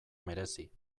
merezi